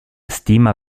stima